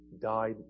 died